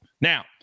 Now